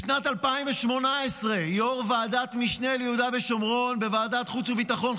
בשנת 2018 יו"ר ועדת משנה ליהודה ושומרון בוועדת חוץ וביטחון,